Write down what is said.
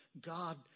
God